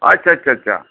ᱟᱪᱷᱟ ᱟᱪᱷᱟ ᱟᱪᱷᱟ